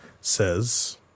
says